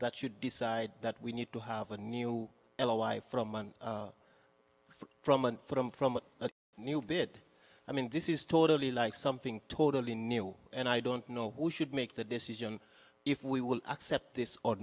that should decide that we need to have a new a y from an from an from from a new bid i mean this is totally like something totally new and i don't know who should make the decision if we will accept this o